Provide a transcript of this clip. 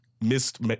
missed